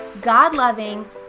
God-loving